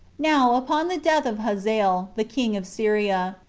now, upon the death of hazael, the king of syria,